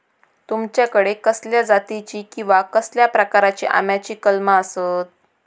तुमच्याकडे कसल्या जातीची किवा कसल्या प्रकाराची आम्याची कलमा आसत?